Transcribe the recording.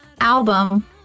album